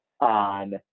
on